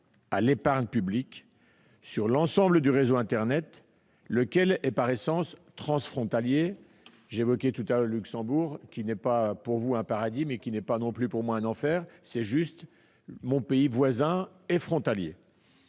à l'épargne publique sur l'ensemble du réseau internet, lequel est par essence transfrontalier. J'ai évoqué précédemment le Luxembourg, qui n'est pas pour vous un paradis, mais qui n'est pas non plus pour moi un enfer : c'est juste le pays voisin et frontalier